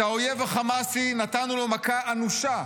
האויב החמאסי, נתנו לו מכה אנושה.